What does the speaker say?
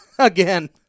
Again